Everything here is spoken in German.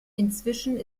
inzwischen